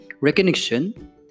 recognition